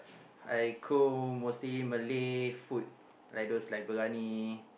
I cook mostly Malay food like those like briyani